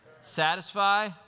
Satisfy